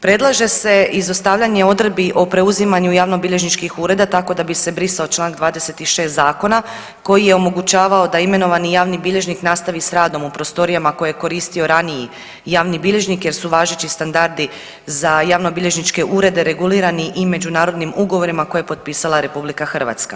Predlaže se izostavljanje odredbi o preuzimanju javnobilježničkih ureda tako da bi se brisao čl. 26. zakona koji je omogućavao da imenovani javni bilježnik nastavi s radom u prostorijama koje je koristio raniji javni bilježnik jer su važeći standardi za javnobilježničke urede regulirani i međunarodnim ugovorima koje je potpisala RH.